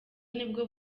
nibwo